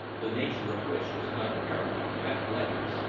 the nature of which was not apparent at a glance.